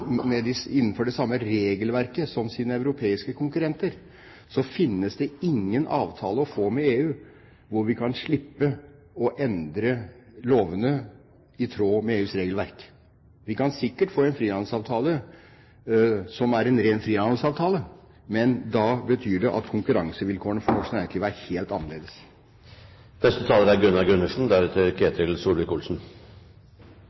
regelverket som sine europeiske konkurrenter, finnes det ingen avtale å få med EU hvor vi kan slippe å endre lovene i tråd med EUs regelverk. Vi kan sikkert få en frihandelsavtale som er en ren frihandelsavtale, men da betyr det at konkurransevilkårene for norsk næringsliv er helt